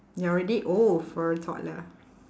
you're already old for a toddler